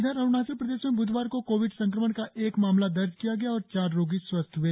इधर अरुणाचल प्रदेश में बुधवार को कोविड संक्रमण का एक मामला दर्ज किया गया और चार रोगी स्वस्थ हए